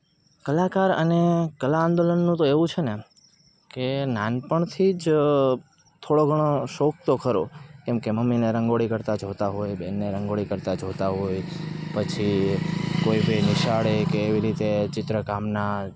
કલાકાર અને કલા આંદોલનનું તો એવું છે ને કે નાનપણથી જ થોડો ઘણો શોખ તો ખરો કેમ કે મમ્મીને રંગોળી કરતાં જોતાં હોય બેનને રંગોળી કરતાં જોતાં હોય પછી કોઈ બી નિશાળે કે એવી રીતે ચિત્ર કામના